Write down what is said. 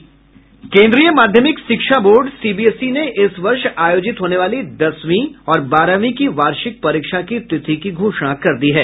केन्द्रीय माध्यमिक शिक्षा बोर्ड सीबीएसई ने इस वर्ष आयोजित होने वाली दसवीं और बारहवीं की बार्षिक परीक्षा की तिथि की घोषणा कर दी है